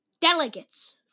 delegates